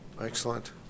Excellent